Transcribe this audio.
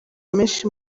menshi